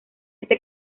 este